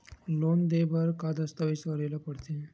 Loan ले बर का का दस्तावेज करेला पड़थे?